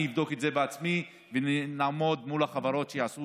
אני אבדוק את זה בעצמי ונעמוד מול החברות שיעשו